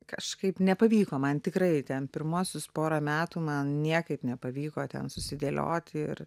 kažkaip nepavyko man tikrai ten pirmuosius pora metų man niekaip nepavyko ten susidėlioti ir